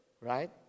right